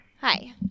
Hi